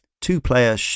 two-player